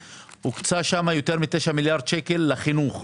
הוקצה שם יותר -9 מיליארד שקל לחינוך,